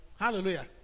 hallelujah